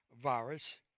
virus